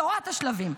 תורת השלבים,